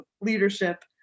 leadership